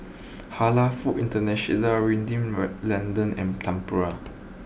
Halal food International London and Tempur